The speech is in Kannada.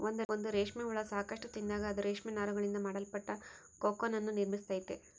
ಒಂದು ರೇಷ್ಮೆ ಹುಳ ಸಾಕಷ್ಟು ತಿಂದಾಗ, ಅದು ರೇಷ್ಮೆ ನಾರುಗಳಿಂದ ಮಾಡಲ್ಪಟ್ಟ ಕೋಕೂನ್ ಅನ್ನು ನಿರ್ಮಿಸ್ತೈತೆ